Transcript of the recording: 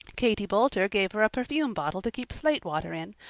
katie boulter gave her a perfume bottle to keep slate water in,